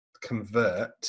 convert